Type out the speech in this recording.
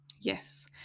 Yes